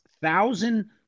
Thousand